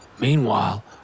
Meanwhile